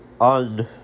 On